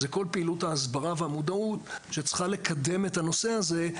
זה כל פעילות ההסברה והמודעות שצריכה לקדם את הנושא הזה,